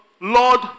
Lord